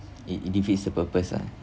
it it defeats the purpose ah